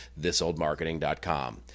thisoldmarketing.com